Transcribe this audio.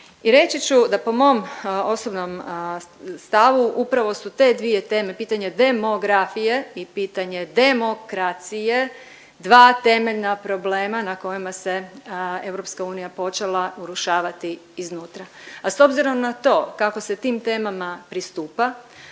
I reći ću da po mom osobnom stavu upravo su te dvije teme pitanje demografije i pitanje demokracije dva temeljna problema na kojima se EU počela urušavati iznutra, a s obzirom na to kako se tim temama pristupa,